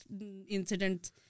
incidents